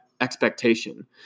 expectation